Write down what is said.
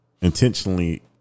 intentionally